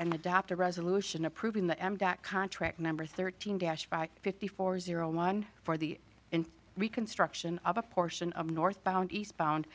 and adopt a resolution approving the contract number thirteen dash fifty four zero one for the reconstruction of a portion of northbound eastbound